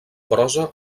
prosa